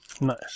Nice